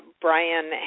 Brian